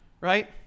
right